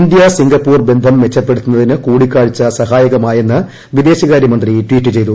India Singapore ബന്ധം മെച്ചപ്പെടുത്തുന്നതിന് കൂട്ടിക്കാഴ്ച സഹായകമായെന്ന് വിദേശകാര്യ മന്ത്രി ട്വീറ്റ് ചെയ്തു